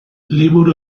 liburu